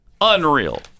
Unreal